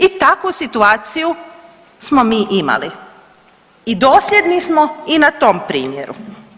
I takvu situaciju smo mi imali i dosljedni smo i na tom primjeru.